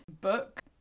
book